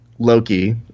Loki